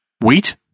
Wheat